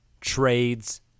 trades